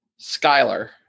Skyler